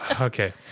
Okay